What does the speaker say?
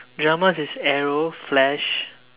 dramas is arrow flash